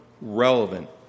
relevant